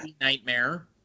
nightmare